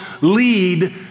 lead